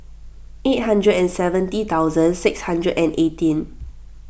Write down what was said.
eight hundred and seventy thousand six hundred and eighteen